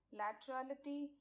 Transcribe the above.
laterality